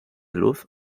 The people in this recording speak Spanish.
luz